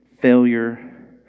failure